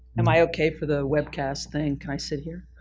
am i ok for the webcast thing? can i sit here?